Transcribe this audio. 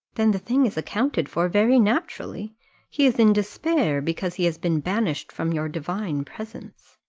then the thing is accounted for very naturally he is in despair because he has been banished from your divine presence.